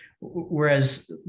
whereas